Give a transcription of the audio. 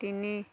তিনি